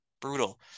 Brutal